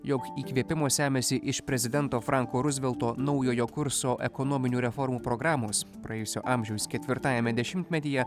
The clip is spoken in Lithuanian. jog įkvėpimo semiasi iš prezidento franko ruzvelto naujojo kurso ekonominių reformų programos praėjusio amžiaus ketvirtajame dešimtmetyje